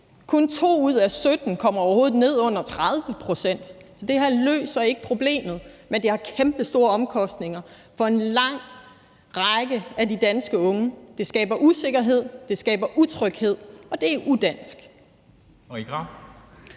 Kun 2 ud af 17 kommer overhovedet ned under 30 pct. Det her løser ikke problemet, men det har kæmpestore omkostninger for en lang række af de danske unge. Det skaber usikkerhed, det skaber utryghed, og det er udansk.